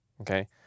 Okay